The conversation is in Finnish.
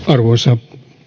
arvoisa